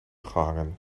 gehangen